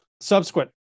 subsequent